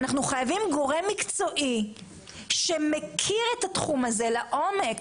אנחנו חייבים גורם מקצועי שמכיר את התחום הזה לעומק,